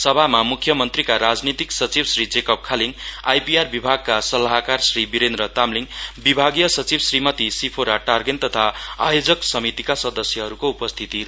सभामा म्ख्यमन्त्रीका राजनीतिक सचिव श्री जेकव खालीङ आइपिआर विभागका सल्लाहकार श्री विरेन्द्र तामलिङ विभागीय सचिव श्रीमती सिफोरा टार्गेन तथा आयोजक समितिका सदस्यहरूको उपस्थिति थियो